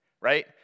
right